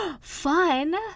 fun